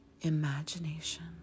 imagination